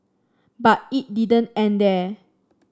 but it didn't end there